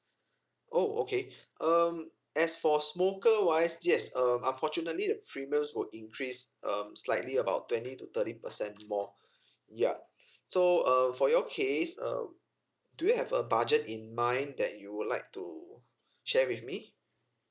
oh okay um as for smoker wise yes um unfortunately the premiums would increase um slightly about twenty to thirty percent more yup so um for your case um do you have a budget in mind that you would like to share with me